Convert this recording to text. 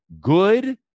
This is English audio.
good